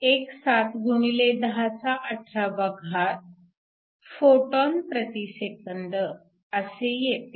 17 x 1018 photon प्रति सेकंद असे येते